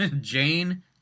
Jane